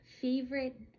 Favorite